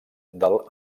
del